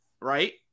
right